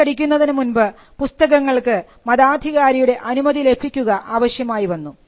അച്ചടിക്കുന്നതിന് മുൻപ് പുസ്തകങ്ങൾക്ക് മതാധികാരികളുടെ അനുമതി ലഭിക്കുക ആവശ്യമായി വന്നു